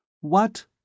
What